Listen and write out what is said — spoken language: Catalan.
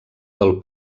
del